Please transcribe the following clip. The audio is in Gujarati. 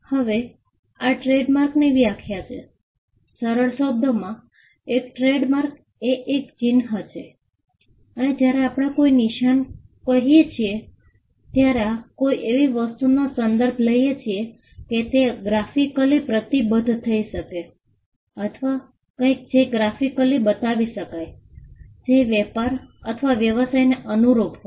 હવે આ ટ્રેડમાર્કની વ્યાખ્યા છે સરળ શબ્દોમાં એક ટ્રેડમાર્ક એ એક ચિહ્ન છે અને જ્યારે આપણે કોઈ નિશાન કહીએ છીએ ત્યારે આપણે કોઈ એવી વસ્તુનો સંદર્ભ લઈએ છીએ કે જે ગ્રાફિકલી પ્રતીકબદ્ધ થઈ શકે અથવા કંઈક કે જે ગ્રાફિકલી બતાવી શકાય જે વેપાર અથવા વ્યવસાયને અનુરૂપ હોય